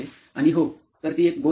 आणि हो तर ती एक गोष्ट आहे